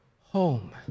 home